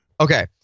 Okay